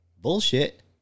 Bullshit